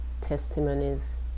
testimonies